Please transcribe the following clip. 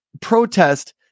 protest